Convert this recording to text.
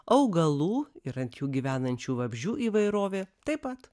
augalų ir ant jų gyvenančių vabzdžių įvairovė taip pat